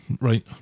Right